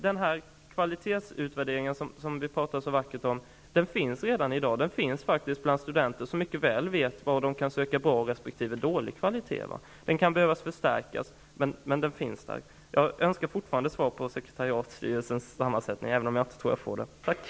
Den här kvalitetsutvärderingen som vi talar så vackert om finns redan i dag; den finns faktiskt bland studenter som mycket väl vet var de kan söka bra resp. dålig kvalitet. Den kan behöva förstärkas, men den finns alltså där. Jag önskar fortfarande svar om sekretariatstyrelsens sammansättning, även om jag inte tror att jag får det.